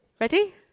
Ready